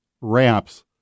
ramps